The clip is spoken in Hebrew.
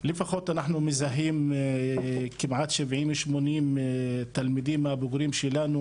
לפחות אנחנו מזהים כמעט 70-80 תלמידים מהבוגרים שלנו